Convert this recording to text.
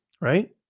right